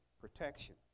protection